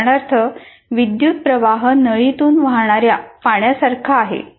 उदाहरणार्थ 'विद्युत प्रवाह नळीतून वाहणाऱ्या पाण्यासारखा आहे